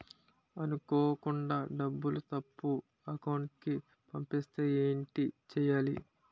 అనుకోకుండా డబ్బులు తప్పు అకౌంట్ కి పంపిస్తే ఏంటి చెయ్యాలి?